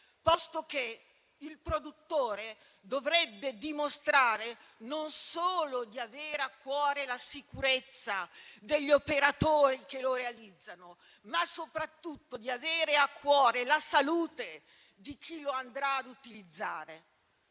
posto che il produttore dovrebbe dimostrare non solo di avere a cuore la sicurezza degli operatori che lo realizzano, ma soprattutto la salute di chi lo andrà ad utilizzare.